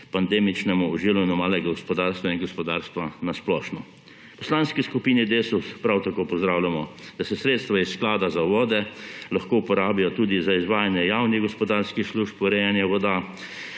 post-pandemičnemu oživljanju malega gospodarstva in gospodarstva na splošno. V Poslanski skupini Desus prav tako pozdravljamo, da se sredstva iz Sklada za vode lahko uporabijo tudi za izvajanje javnih gospodarskih služb o urejanju voda,